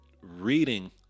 reading